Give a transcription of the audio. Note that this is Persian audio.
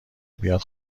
بیاد